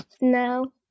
No